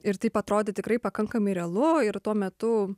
ir taip atrodė tikrai pakankamai realu ir tuo metu